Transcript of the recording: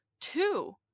Two